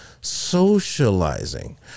socializing